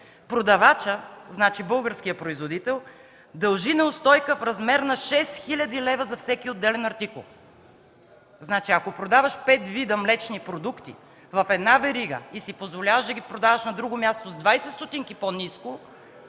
продавачът – значи българският производител – дължи неустойка в размер на 6 хил. лв. за всеки отделен артикул”. Значи, ако продаваш пет вида млечни продукти в една верига и си позволяваш да ги продаваш на друго място с двадесет стотинки по ниско,